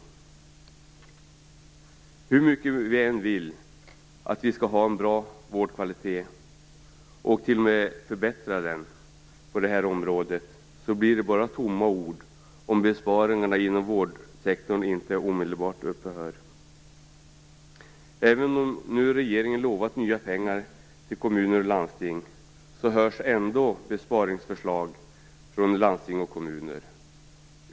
Hur mycket vi än vill att vi skall ha bra vårdkvalitet och t.o.m. förbättra den blir det tomma ord om besparingarna inom vårdsektorn inte omedelbart upphör. Även om regeringen lovat nya pengar till kommuner och landsting hörs nya besparingsförslag från landsting och kommuner.